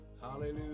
hallelujah